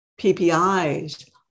PPIs